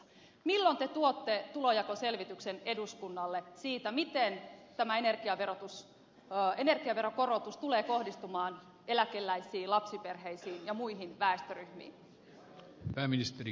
milloin te tuotte tulonjakoselvityksen eduskunnalle siitä miten tämä energiaveron korotus tulee kohdistumaan eläkeläisiin lapsiperheisiin ja muihin väestöryhmiin